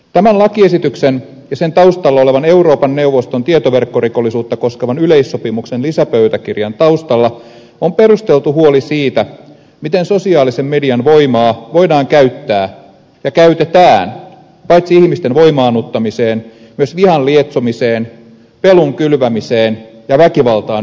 tämän lakiesityksen ja taustalla olevan euroopan neuvoston tietoverkkorikollisuutta koskevan yleissopimuksen lisäpöytäkirjan taustalla on perusteltu huoli siitä miten sosiaalisen median voimaa voidaan käyttää ja käytetään paitsi ihmisten voimaannuttamiseen myös vihan lietsomiseen pelon kylvämiseen ja väkivaltaan yllyttämiseen